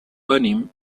venim